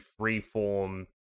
freeform